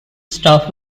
staff